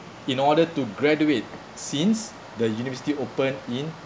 in order to graduate since the university open in